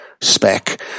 Spec